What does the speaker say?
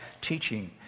teaching